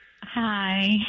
Hi